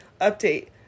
Update